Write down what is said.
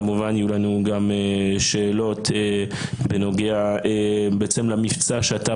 כמובן יהיו לנו גם שאלות בנוגע למבצע שאתה,